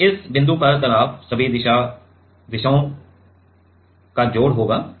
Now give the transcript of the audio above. अब इस बिंदु पर तनाव सभी दिशाओं जोड़ होगा